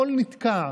הכול נתקע,